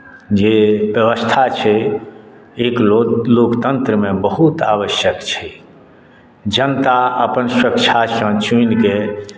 जे व्यवस्था छै एक लोक लोकतन्त्रमे बहुत आवश्यक छै जनता अपन स्वेच्छासँ चुनिके